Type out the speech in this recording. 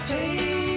Hey